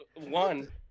One